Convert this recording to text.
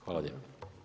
Hvala lijepa.